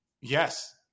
Yes